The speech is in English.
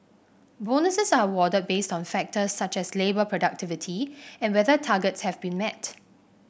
bonuses are awarded based on factors such as labour productivity and whether targets have been met